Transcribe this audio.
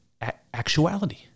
actuality